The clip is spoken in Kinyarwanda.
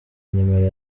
numero